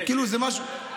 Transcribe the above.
לא, לא,